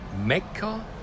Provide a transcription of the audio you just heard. Mecca